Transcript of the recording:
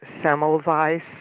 Semmelweis